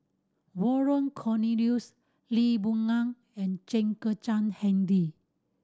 Vernon Cornelius Lee Boon Ngan and Chen Kezhan Henri